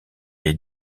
est